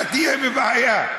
אתה תהיה בבעיה.